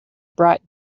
bright